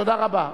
תודה רבה.